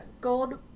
Gold